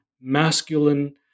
masculine